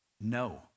No